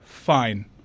Fine